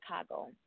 Chicago